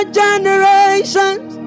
generations